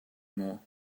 more